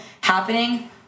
happening